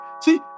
See